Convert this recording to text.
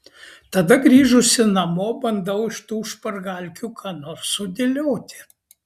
tada grįžusi namo bandau iš tų špargalkių ką nors sudėlioti